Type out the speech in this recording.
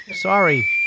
Sorry